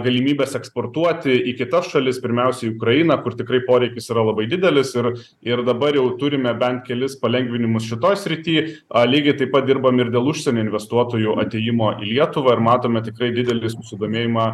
galimybes eksportuoti į kitas šalis pirmiausiai ukrainą kur tikrai poreikis yra labai didelis ir ir dabar jau turime bent kelis palengvinimus šitoj srity a lygiai taip pat dirbam ir dėl užsienio investuotojų atėjimo į lietuvą ir matome tikrai didelį susidomėjimą